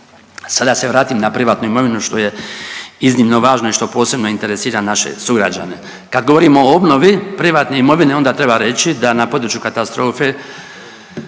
da se vratim na privatnu imovinu, što je iznimno važno i što posebno interesira naše sugrađane. Kad govorimo o obnovi privatne imovine onda treba reći da na području katastrofe